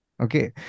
Okay